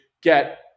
get